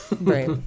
Right